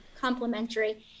complementary